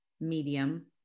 medium